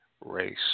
race